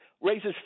raises